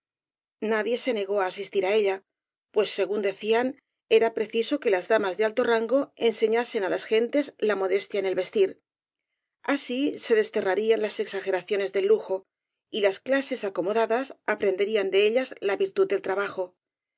nadie se negó á asistir á ella pues según decían era preciso que las damas de alto rango enseñasen á las gentes la modestia en el vestir así se desterrarían las exageraciones del lujo y las clases acomodadas aprenderían de ellas la virtud del trabajo